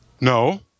No